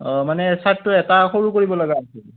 অ মানে ছাৰ্টটো এটা সৰু কৰিবলগা আছিল